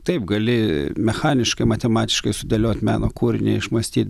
taip gali mechaniškai matematiškai sudėliot meno kūrinį neišmąstyt